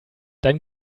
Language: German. dein